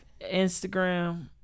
Instagram